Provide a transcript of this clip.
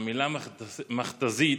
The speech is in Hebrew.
המילה "מכת"זית"